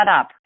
up